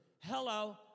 Hello